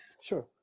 sure